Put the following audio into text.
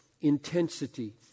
intensity